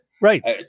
Right